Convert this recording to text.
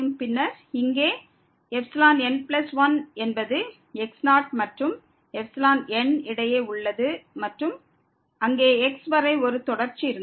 பின்னர் இங்கே n1 என்பது x0 மற்றும் n இடையே உள்ளது மற்றும் அங்கே x வரை ஒரு தொடர்ச்சி இருந்தது